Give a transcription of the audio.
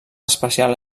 especial